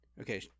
okay